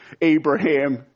Abraham